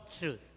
truth